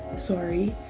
sorry.